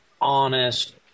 honest